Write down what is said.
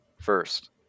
first